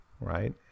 right